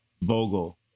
Vogel